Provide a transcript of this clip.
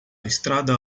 estrada